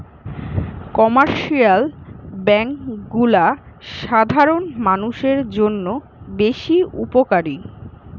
commercial bank গুলা সাধারণ মানুষের জন্য বেশ উপকারী